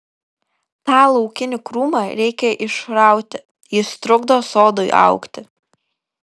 tą laukinį krūmą reikia išrauti jis trukdo sodui augti